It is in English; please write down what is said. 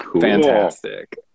fantastic